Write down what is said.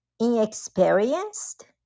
inexperienced